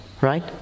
Right